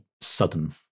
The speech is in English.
sudden